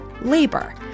labor